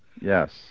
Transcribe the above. Yes